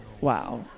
Wow